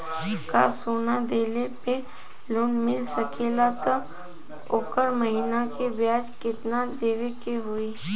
का सोना देले पे लोन मिल सकेला त ओकर महीना के ब्याज कितनादेवे के होई?